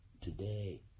today